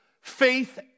faith